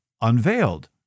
unveiled